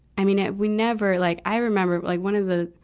i mean, we never like, i remember like, one of the,